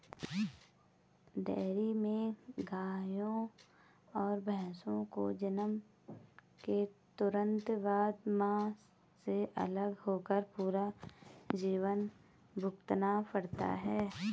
dairy में गायों और भैंसों को जन्म के तुरंत बाद, मां से अलग होकर पूरा जीवन भुगतना पड़ता है